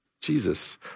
Jesus